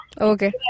Okay